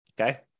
Okay